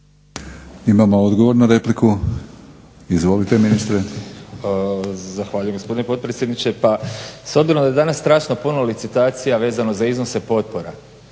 Imamo odgovor na repliku, izvolite ministre. **Jakovina, Tihomir (SDP)** Zahvaljujem gospodine potpredsjedniče. Pa s obzirom da je danas strašno puno licitacija vezano za iznose potpora